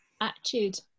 attitude